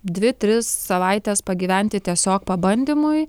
dvi tris savaites pagyventi tiesiog pabandymui